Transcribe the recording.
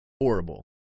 Horrible